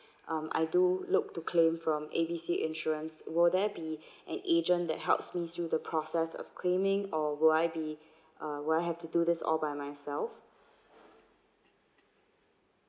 um I do look to claim from A B C insurance will there be an agent that helps me through the process of claiming or would I be uh will I have to do this all by myself